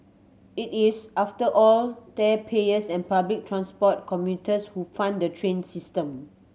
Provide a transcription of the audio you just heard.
it is after all taxpayers and public transport commuters who fund the train system